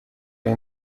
این